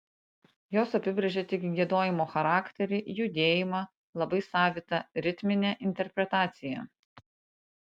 jos apibrėžė tik giedojimo charakterį judėjimą labai savitą ritminę interpretaciją